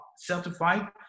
certified